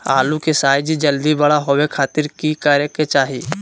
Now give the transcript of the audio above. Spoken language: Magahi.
आलू के साइज जल्दी बड़ा होबे खातिर की करे के चाही?